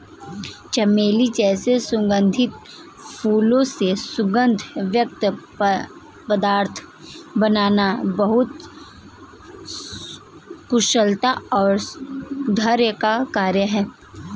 चमेली जैसे सुगंधित फूलों से सुगंध युक्त पदार्थ बनाना बहुत कुशलता और धैर्य का कार्य है